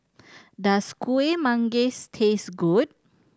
does Kuih Manggis taste good